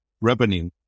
revenue